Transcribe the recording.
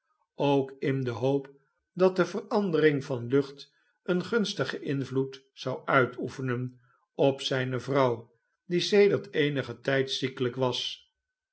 ook in de hoop dat de verandering van lucht een gunstigen invloed zou uitoefenen op zijne vrouw die sedert eenigen tijd ziekelijk was